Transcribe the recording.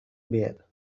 bare